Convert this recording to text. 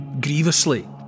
grievously